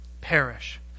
perish